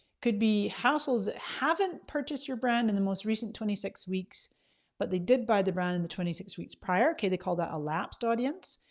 could be households that haven't purchased your brand in the most recent twenty six weeks but they did buy the brand in the twenty six weeks prior. okay they call that elapsed audience.